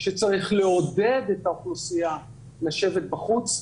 שצריך לעודד את האוכלוסייה לשבת בחוץ.